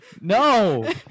No